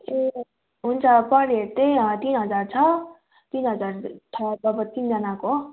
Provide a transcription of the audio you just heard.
ए हुन्छ पर हेड चाहिँ तिन हजार छ तिन हजार छ जब तिनजनाको